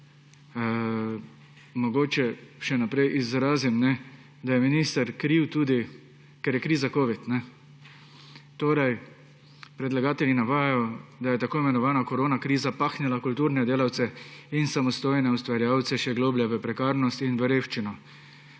mogoče še malo naprej izrazim, je minister kriv tudi, da je kriza covida. Predlagatelji navajajo, da je tako imenovana koronakriza pahnila kulturne delavce in samostojne ustvarjalce še globlje v prekarnost in v revščino,